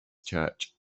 church